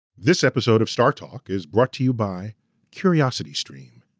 this episode of startalk is brought to you by curiositystream.